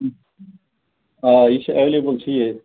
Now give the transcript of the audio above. آ یہِ چھُ ایٚویلیبٕل چھُ یہِ